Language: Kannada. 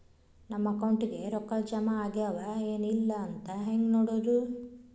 ನಮ್ಮ ಅಕೌಂಟಿಗೆ ರೊಕ್ಕ ಜಮಾ ಆಗ್ಯಾವ ಏನ್ ಇಲ್ಲ ಅಂತ ಹೆಂಗ್ ನೋಡೋದು?